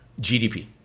GDP